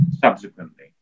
subsequently